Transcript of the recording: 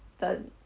等